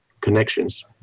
connections